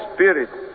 Spirit